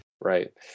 Right